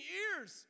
ears